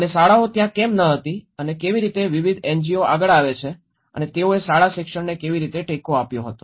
અને શાળાઓ ત્યાં કેમ ન હતી અને કેવી રીતે વિવિધ એનજીઓ આગળ આવે છે અને તેઓએ શાળા શિક્ષણને કેવી રીતે ટેકો આપ્યો હતો